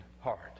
heart